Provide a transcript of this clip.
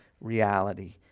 reality